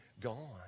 gone